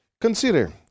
Consider